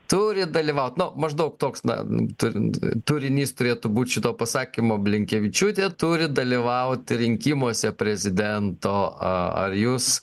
turi dalyvaut nu maždaug toks na turint turinys turėtų būt šito pasakymo blinkevičiūtė turi dalyvaut rinkimuose prezidento a ar jūs